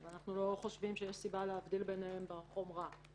אנחנו לא חושבים שיש סיבה להבדיל ביניהן בחומרה.